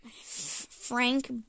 Frank